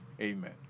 Amen